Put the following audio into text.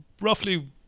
roughly